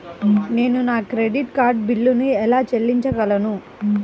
నేను నా credit card బిల్లును ఎలా చెల్లించగలను?